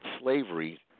slavery